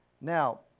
Now